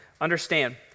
Understand